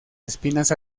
espinas